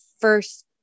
first